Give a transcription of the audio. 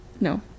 No